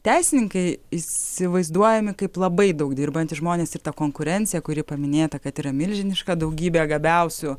teisininkai įsivaizduojami kaip labai daug dirbantys žmonės ir ta konkurencija kuri paminėta kad yra milžiniška daugybė gabiausių